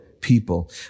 people